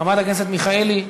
חברת הכנסת מיכאלי.